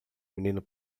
menino